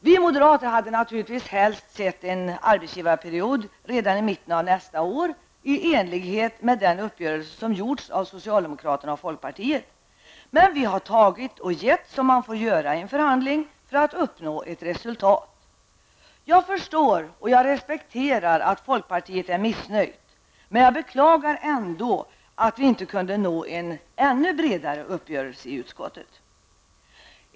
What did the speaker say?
Vi moderater hade helst sett en arbetsgivarperiod redan i mitten av nästa år i enlighet med den uppgörelse som träffats med socialdemokraterna och folkpartiet, men vi har tagit och gett som man får göra i en förhandling för att uppnå ett resultat. Jag förstår och respekterar att folkpartiet är missnöjt, men jag beklagar ändå att det inte gick att nå en ännu bredare uppgörelse i utskottet.